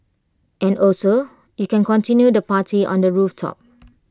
and also you can continue the party on the rooftop